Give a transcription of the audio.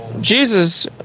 Jesus